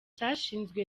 cyashinzwe